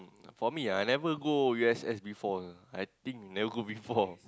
for me I never go U_S_S before you know I think never go before